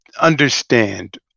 understand